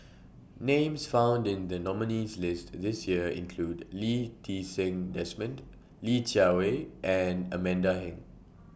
Names found in The nominees' list This Year include Lee Ti Seng Desmond Li Jiawei and Amanda Heng